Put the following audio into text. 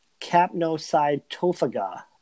Capnocytophaga